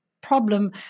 problem